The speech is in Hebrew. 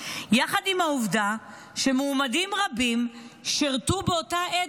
יחד עם העובדה שמועמדים רבים שירתו באותה עת